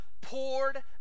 poured